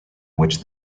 which